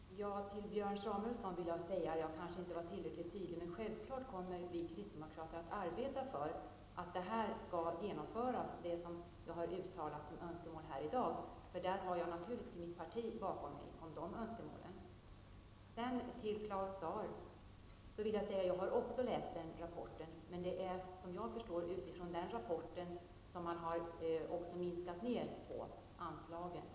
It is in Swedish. Herr talman! Till Björn Samuelson vill jag säga -- jag var kanske inte tillräckligt tydlig i mitt inlägg -- att vi kristdemokrater självfallet kommer att arbeta för att de önskemål som jag här i dag har uttalat skall uppfyllas. I dessa önskemål har jag naturligtvis mitt parti bakom mig. Också jag har läst den rapport som Claus Zaar talade om. Men såvitt jag förstår är det utifrån denna rapport som man har dragit ned på anslagen.